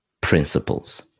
principles